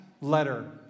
letter